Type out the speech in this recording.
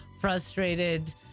frustrated